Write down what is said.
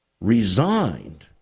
resigned